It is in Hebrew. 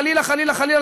חלילה חלילה חלילה,